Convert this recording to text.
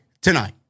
tonight